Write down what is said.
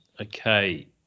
Okay